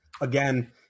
again